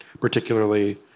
particularly